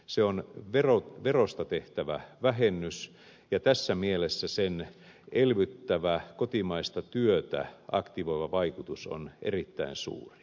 se on verosta tehtävä vähennys ja tässä mielessä sen elvyttävä kotimaista työtä aktivoiva vaikutus on erittäin suuri